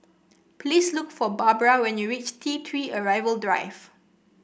please look for Barbra when you reach T Three Arrival Drive